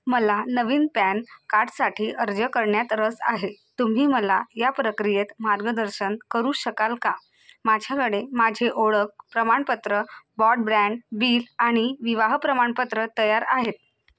मला नवीन पॅन कार्डसाठी अर्ज करण्यात रस आहे तुम्ही मला या प्रक्रियेत मार्गदर्शन करू शकाल का माझ्याकडे माझे ओळख प्रमाणपत्र बॉडब्रँड बिल आणि विवाह प्रमाणपत्र तयार आहेत